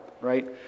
right